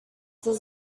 does